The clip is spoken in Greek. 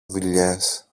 δουλειές